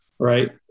Right